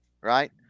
right